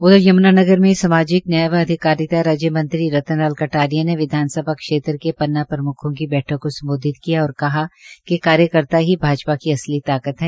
उधर यमुनानगर में सामाजिक न्याय व अधिकारिता राज्य मंत्री रतन लाल कटारिया ने विधानसभा क्षेत्र के पन्ना प्रमुखों की बैठक को सम्बोधित किया और कहा कि कार्यकर्ता ही भाजपा ही असली ताकत है